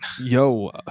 Yo